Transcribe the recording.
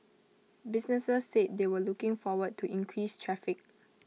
businesses said they were looking forward to increased traffic